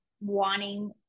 wanting